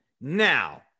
now